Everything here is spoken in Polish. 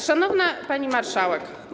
Szanowna Pani Marszałek!